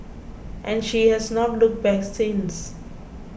and she has not looked back since